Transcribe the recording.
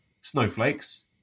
snowflakes